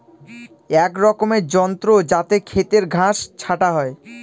এক রকমের যন্ত্র যাতে খেতের ঘাস ছাটা হয়